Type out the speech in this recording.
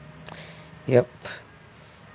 yup